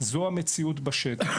אלא כי זו המציאות בשטח.